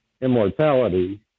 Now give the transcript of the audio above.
Immortality